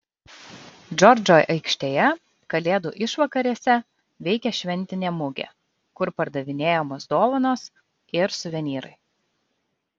džordžo aikštėje kalėdų išvakarėse veikia šventinė mugė kur pardavinėjamos dovanos ir suvenyrai